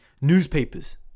Newspapers